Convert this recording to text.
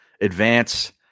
advance